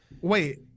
Wait